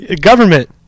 government